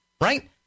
right